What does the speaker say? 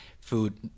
food